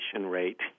rate